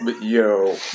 Yo